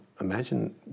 imagine